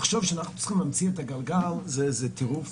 לחשוב שאנחנו צריכים להמציא את הגלגל זה טירוף.